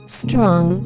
strong